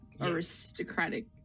aristocratic